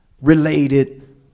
related